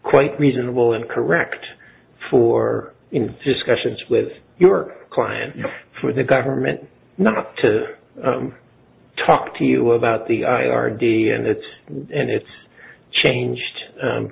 quite reasonable and correct for discussions with your client for the government not to talk to you about the i r d and its in its changed